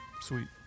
sweet